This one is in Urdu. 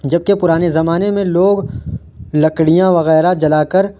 جبکہ پرانے زمانے میں لوگ لکڑیاں وغیرہ جلا کر